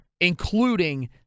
including